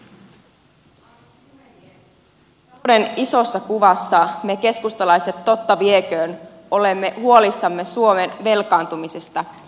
talouden isossa kuvassa me keskustalaiset totta vieköön olemme huolissamme suomen velkaantumisesta